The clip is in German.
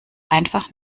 einfach